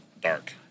dark